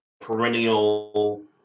perennial